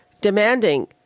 demanding